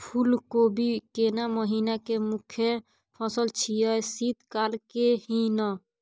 फुल कोबी केना महिना के मुखय फसल छियै शीत काल के ही न?